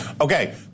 Okay